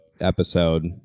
episode